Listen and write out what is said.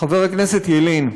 חבר הכנסת ילין.